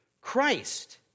Christ